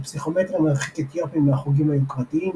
"הפסיכומטרי מרחיק אתיופים מהחוגים היוקרתיים",